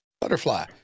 butterfly